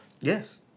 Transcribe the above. Yes